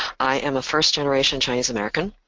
i am a first-generation chinese-american.